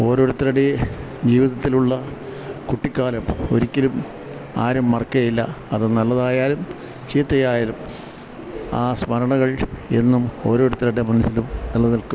ഓരോരുത്തരുടെ ജീവിതത്തിലുള്ള കുട്ടിക്കാലം ഒരിക്കലും ആരും മറക്കുകയില്ല അത് നല്ലതായാലും ചീത്തയായാലും ആ സ്മരണകളെന്നും ഓരോരുത്തരുടെ മനസ്സിലും നിലനിൽക്കും